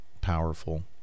powerful